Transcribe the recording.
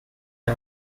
may